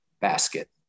basket